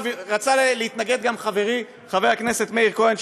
רצה להתנגד גם חברי חבר הכנסת מאיר כהן,